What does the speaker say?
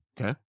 Okay